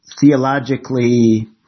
theologically